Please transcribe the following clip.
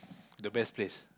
the best place